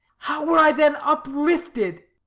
how were i then uplifted!